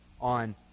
on